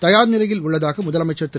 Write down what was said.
தயார்நிலையில் உள்ளதாக முதலமைச்சர் திரு